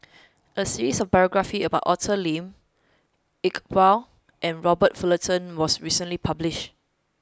a series of biographies about Arthur Lim Iqbal and Robert Fullerton was recently published